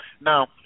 Now